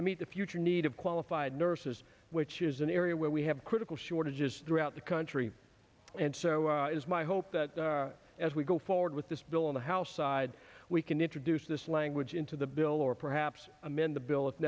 to meet the future need of qualified nurses which is an area where we have critical shortages throughout the country and so is my hope that as we go forward with this bill in the house side we can introduce this language into the bill or perhaps amend the bill if